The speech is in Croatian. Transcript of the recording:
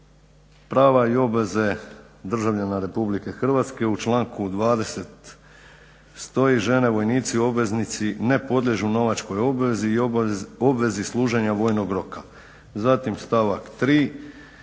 Prava i obveze državljana RH u članku 20. stoji: " Žene, vojnici, obveznici ne podliježu novačkoj obvezi i obvezi služenja vojnog roka", zatim stavak 3.